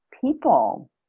people